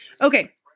Okay